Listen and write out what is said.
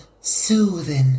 soothing